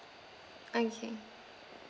okay